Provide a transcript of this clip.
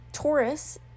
Taurus